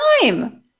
time